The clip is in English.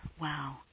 Wow